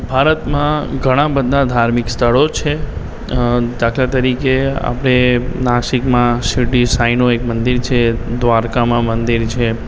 ભારતમાં ઘણાં બધા ધાર્મિક સ્થળો છે અ દાખલા તરીકે આપણે નાસિકમાં શિરડી સાઈનું એક મંદિર છે દ્વારકામાં મંદિર છે